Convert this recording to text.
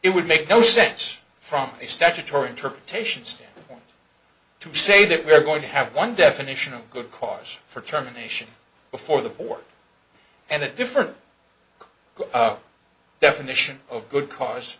it would make no sense from a statutory interpretation stand point to say that we are going to have one definition of good cause for terminations before the board and that different definition of good cause